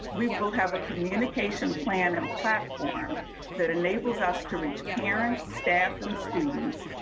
we will have a communication plan and platform that enables us to reach parents, staff and students,